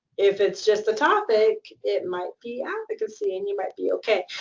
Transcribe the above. if it's just a topic, it might be advocacy, and you might be okay.